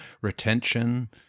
retention